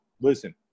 Listen